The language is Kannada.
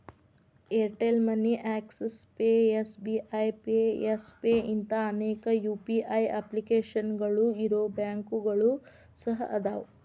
Airtel money Axis pay SBI pay Yes pay ಇಂಥಾ ಅನೇಕ ಯು.ಪಿ.ಐ ಅಪ್ಲಿಕೇಶನ್ಗಳು ಇರೊ ಬ್ಯಾಂಕುಗಳು ಸಹ ಅವ